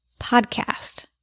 podcast